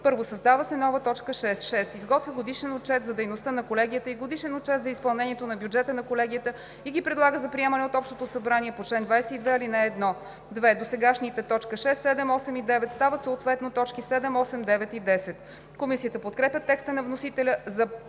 1. Създава се нова т. 6: „6. изготвя годишен отчет за дейността на колегията и годишен отчет за изпълнението на бюджета на колегията и ги предлага за приемане от общото събрание по чл. 22, ал. 1;“. 2. Досегашните т. 6, 7, 8 и 9 стават съответно т. 7, 8, 9 и 10.“ Комисията подкрепя текста на вносителя за